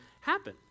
happen